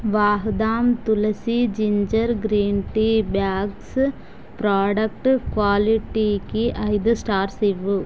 Vahdam tulsi ginger green tea bags product క్వాలిటీకి ఐదు stars ఇవ్వు